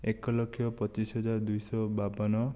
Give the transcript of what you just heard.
ଏକ ଲକ୍ଷ ପଚିଶ ହଜାର ଦୁଇ ଶହ ବାବନ